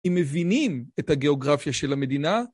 הם מבינים את הגיאוגרפיה של המדינה?